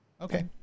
Okay